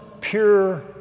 pure